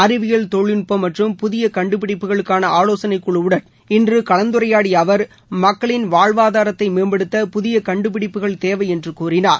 அறிவியல் தொழில்நுட்பம் மற்றும் புதிய கண்டுபிடிப்புகளுக்கான ஆலோசனை குழுவுடன் இன்று கலந்துரையாடிய அவர் மக்களின் வாழ்வாதாரத்தை மேம்படுத்த புதிய கண்டுபிடிப்புகள் தேவை என்று கூறினார்